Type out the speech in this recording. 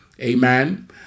Amen